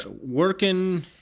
working